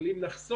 אבל אם נחסוך